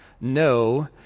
no